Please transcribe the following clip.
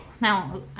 Now